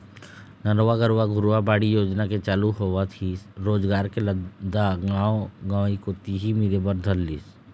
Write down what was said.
नरूवा, गरूवा, घुरूवा, बाड़ी योजना के चालू होवत ही रोजगार के रद्दा गाँव गंवई कोती ही मिले बर धर लिस